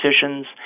decisions